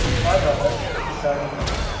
my brother has decided not.